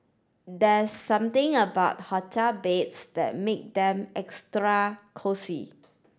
there's something about hotel beds that make them extra cosy